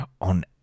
on